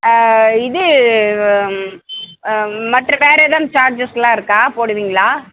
இது மற்ற வேறு ஏதேனும் சார்ஜஸ்லாம் இருக்கா போடுவீங்களா